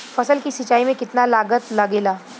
फसल की सिंचाई में कितना लागत लागेला?